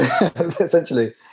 essentially